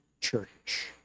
church